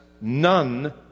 none